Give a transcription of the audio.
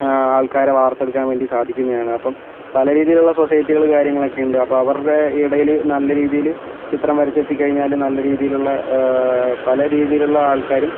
ആൾക്കാരെ വാർത്തെടുക്കാൻ വേണ്ടി സാധിക്കുന്നതാണ് അപ്പം പലരീതിയിലുള്ള സൊസൈറ്റികൾ കാര്യങ്ങൾ ഒക്കെ ഉണ്ട് അപ്പോൾ അവരുടെ ഇടയിൽ നല്ല രീതിയിൽ ചിത്രം വരച്ചു എത്തിക്കഴിഞ്ഞാൽ നല്ല രീതിയിലുള്ള പല രീതിയിലുള്ള ആൾക്കാരും